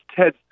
Ted